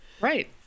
Right